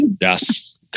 Yes